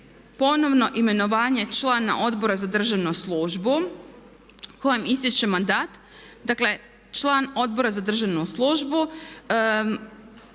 ponovno imenovanje člana Odbora za državnu službu kojem istječe mandat, dakle član Odbora za državnu službu